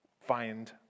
find